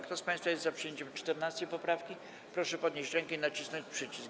Kto z państwa jest za przyjęciem 14. poprawki, proszę podnieść rękę i nacisnąć przycisk.